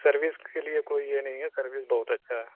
service کے لیے کوئی یہ نہیں ہے سروس بہت اچھا ہے